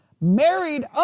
married